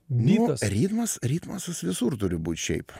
ritmas ritmas visur turi būt šiaip